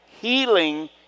Healing